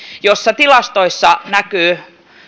missä tilastoissa näkyy